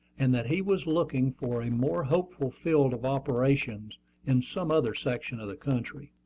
and that he was looking for a more hopeful field of operations in some other section of the country.